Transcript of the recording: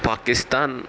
Pakistan